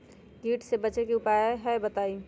कीट से बचे के की उपाय हैं बताई?